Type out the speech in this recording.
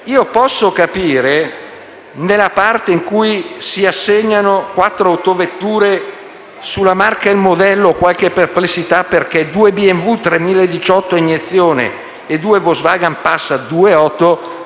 Posso capire nella parte in cui si assegnano quattro autovetture. Sulla marca e il modello ho qualche perplessità: due BMW 3018 a iniezione e due Volkswagen Passat 2.8;